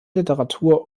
literatur